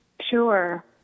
Sure